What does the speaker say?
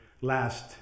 last